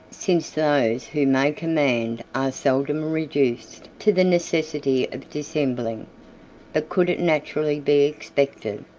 since those who may command are seldom reduced to the necessity of dissembling but could it naturally be expected,